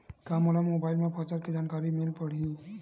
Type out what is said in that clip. का मोला मोबाइल म फसल के जानकारी मिल पढ़ही?